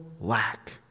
lack